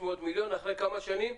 300 מיליון אחרי כמה שנים?